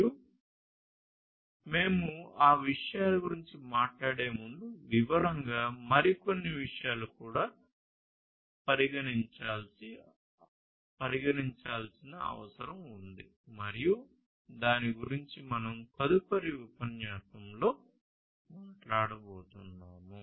మరియు మేము ఆ విషయాల గురించి మాట్లాడే ముందు వివరంగా మరికొన్ని విషయాలు కూడా పరిగణించాల్సిన అవసరం ఉంది మరియు దాని గురించి మనం తదుపరి ఉపన్యాసంలో మాట్లాడబోతున్నాం